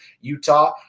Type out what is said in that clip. Utah